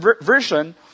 version